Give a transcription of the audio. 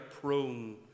prone